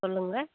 சொல்லுங்க